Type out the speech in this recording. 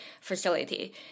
Facility